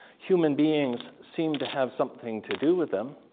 human beings seem to have something to do with them.